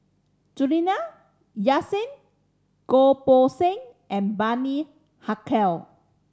Juliana Yasin Goh Poh Seng and Bani Haykal